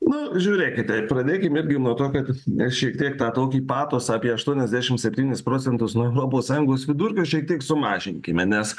nu žiūrėkite ir pradėkim irgi nuo to kad šiek tiek tą tokį pasosą apie aštuoniasdešimt septynis procentus nuo europos sąjungos vidurkio šiek tiek sumažinkime nes